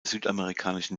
südamerikanischen